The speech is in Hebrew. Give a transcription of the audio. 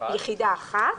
יחידת מימון אחת,